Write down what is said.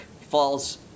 falls